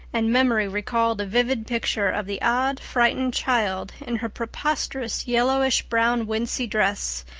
and memory recalled a vivid picture of the odd, frightened child in her preposterous yellowish-brown wincey dress,